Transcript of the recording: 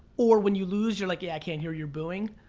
or when you lose you're like yeah, i can't hear your booing.